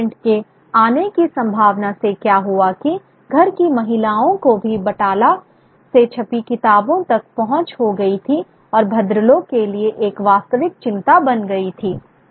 लेकिन प्रिंट के आने की संभावना से क्या हुआ कि घर की महिलाओं की भी बटाला से छपी किताबों तक पहुँच हो गई थी और भद्रलोक के लिए एक वास्तविक चिंता बन गई थी